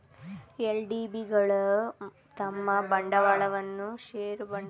LDB ಗಳು ತಮ್ಮ ಬಂಡವಾಳವನ್ನು ಷೇರು ಬಂಡವಾಳಗಳಿಂದ ಸಂಗ್ರಹಿಸುತ್ತದೆ